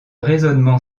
raisonnement